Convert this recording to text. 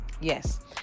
Yes